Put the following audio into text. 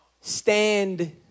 Stand